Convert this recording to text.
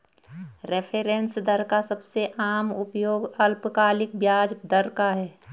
reference दर का सबसे आम उपयोग अल्पकालिक ब्याज दर का है